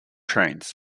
trains